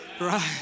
right